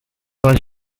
was